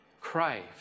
crave